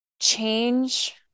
change